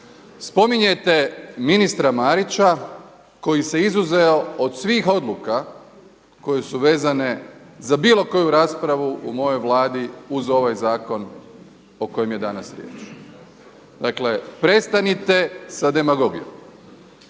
Spominjete ministra Marića koji se izuzeo od svih odluka koje se vezane za bilo koju raspravu u mojoj Vladi uz ovaj zakon o kojem je danas riječ. Dakle, prestanite sa demagogijom.